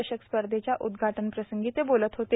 चषक स्पर्धेच्या उद्घाटनाप्रसंगी ते बोलत होते